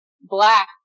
black